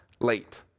late